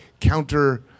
counter